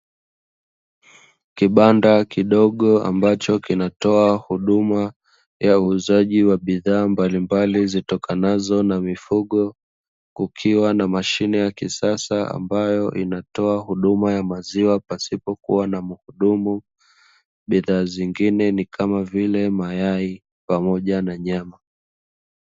Kibanda kidogo ambacho kinatoa huduma ya uuzaji wa bidhaa mbalimbali zitokanazo na mifugo, kukiwa na mashine ya kisasa ambayo inatoa huduma ya maziwa pasipo kuwa na mhudumu. Bidhaa zingine ni kama vile mayai pamoja na nyama.